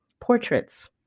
portraits